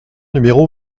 numéro